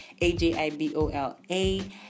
A-J-I-B-O-L-A